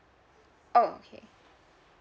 okay